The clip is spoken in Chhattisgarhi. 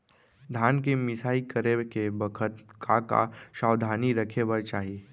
धान के मिसाई करे के बखत का का सावधानी रखें बर चाही?